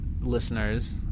listeners